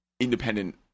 independent